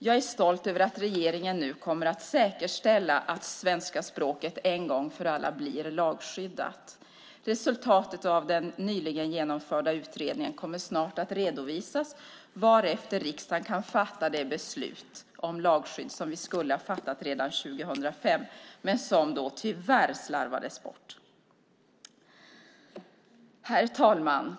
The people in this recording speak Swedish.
Jag är stolt över att regeringen nu kommer att säkerställa att svenska språket en gång för alla blir lagskyddat. Resultatet av den nyligen genomförda utredningen kommer snart att redovisas, varefter riksdagen kan fatta det beslut om lagskydd som vi skulle ha fattat redan 2005 men som då tyvärr slarvades bort. Herr talman!